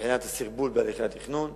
מבחינת הסרבול בהליכי התכנון.